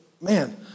man